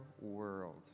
world